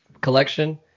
collection